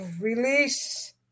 release